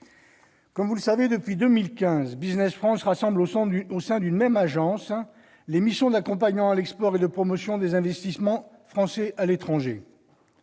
Comme vous le savez, depuis 2015, Business France rassemble au sein d'une même agence les missions d'accompagnement à l'export et de promotion des investissements étrangers en France.